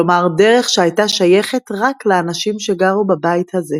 כלומר דרך שהיתה שיכת רק לאנשים שגרו בבית הזה.